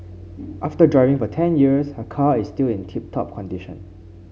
after driving for ten years her car is still in tip top condition